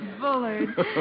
Bullard